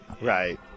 right